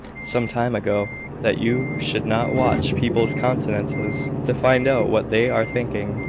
some time ago, that you should not watch people's countenances, to find out what they are thinking,